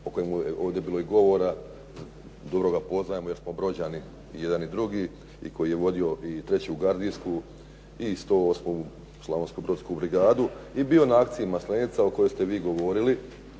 o kojemu je ovdje i bilo govora, dobro ga poznajemo jer smo Brođani i jedan i drugi, i koji je vodio i 3. Gardijsku i 108. Slavonsko-brodsku brigadu i bio na Akciji "Maslenica" o kojoj ste vi govorili,